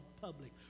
public